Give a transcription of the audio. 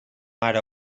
ara